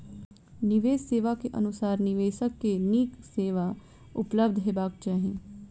निवेश सेवा के अनुसार निवेशक के नीक सेवा उपलब्ध हेबाक चाही